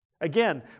Again